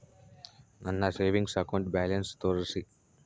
ನನ್ನ savings account balance ತೋರಿಸಿ?